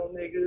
niggas